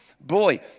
Boy